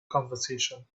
conversation